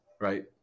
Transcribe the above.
right